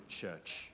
church